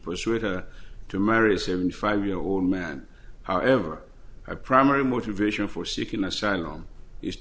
persuade her to marry a seventy five year old man however i primary motivation for seeking asylum is